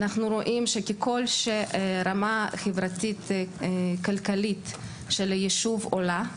אנחנו רואים שככל שרמה חברתית-כלכלית של היישוב עולה,